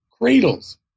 cradles